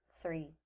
three